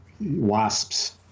wasps